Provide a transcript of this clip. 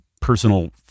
personal